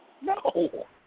No